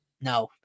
No